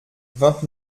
vingt